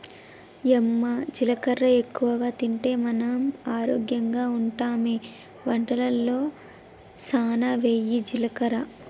యమ్మ జీలకర్ర ఎక్కువగా తింటే మనం ఆరోగ్యంగా ఉంటామె వంటలలో సానా వెయ్యి జీలకర్ర